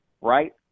right